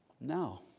No